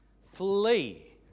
Flee